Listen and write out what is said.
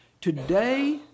Today